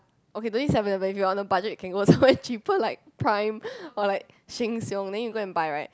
okay don't need Seven Eleven if you are on a budget you can go somewhere cheaper like Prime or like Sheng-Shiong then you go and buy right